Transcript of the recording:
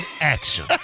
action